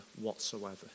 whatsoever